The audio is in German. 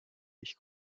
ich